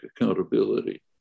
accountability